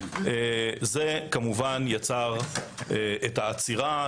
זה כמובן יצר את העצירה,